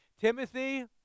Timothy